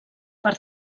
per